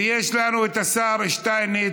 ויש לנו את השר שטייניץ,